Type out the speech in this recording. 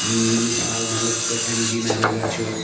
مثال مطلب یِتھ پٲٹھۍ اٮ۪م جی نَریگا چھُ